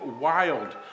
wild